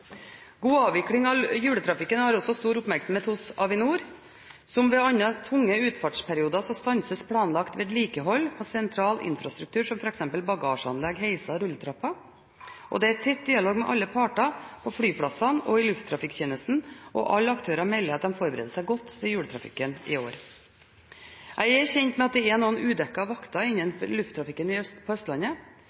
God avvikling av juletrafikken har også stor oppmerksomhet hos Avinor. Som ved andre tunge utfartsperioder stanses planlagt vedlikehold på sentral infrastruktur, som f.eks. bagasjeanlegg, heiser og rulletrapper. Det er tett dialog med alle parter på flyplassene og i lufttrafikktjenesten, og alle aktører melder at de forbereder seg godt til juletrafikken i år. Jeg er kjent med at det er noen udekkede vakter innen lufttrafikken på Østlandet.